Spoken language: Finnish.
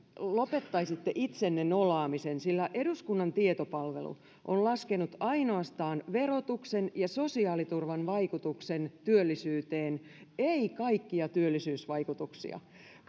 lopettaisitte itsenne nolaamisen sillä eduskunnan tietopalvelu on laskenut ainoastaan verotuksen ja sosiaaliturvan vaikutuksen työllisyyteen ei kaikkia työllisyysvaikutuksia